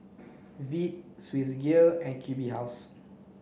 Veet Swissgear and Q B House